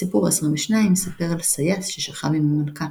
הסיפור העשרים ושניים מספר על סייס ששכב עם המלכה.